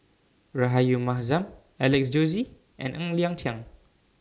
Rahayu Mahzam Alex Josey and Ng Liang Chiang